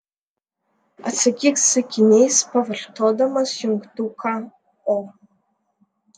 atsakyk sakiniais pavartodamas jungtuką o